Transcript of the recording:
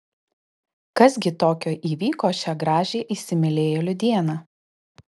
kas gi tokio įvyko šią gražią įsimylėjėlių dieną